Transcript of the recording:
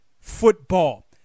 football